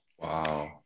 Wow